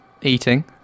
Eating